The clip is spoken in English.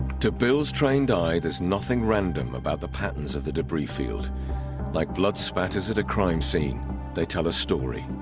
to bill's trained eye there's nothing random about the patterns of the debris field like blood spatters at a crime scene they tell a story